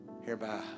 Hereby